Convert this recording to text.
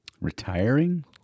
Retiring